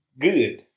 good